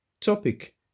Topic